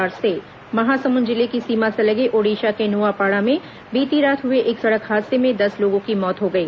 दुर्घटना महासमुंद जिले की सीमा से लगे ओडिशा के नुआपाड़ा में बीती रात हुए एक सड़क हादसे में दस लोगों की मौत हो गई